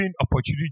opportunity